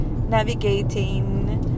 navigating